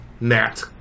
Nat